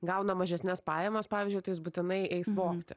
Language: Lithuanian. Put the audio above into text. gauna mažesnes pajamas pavyzdžiui tai jis būtinai eis vogti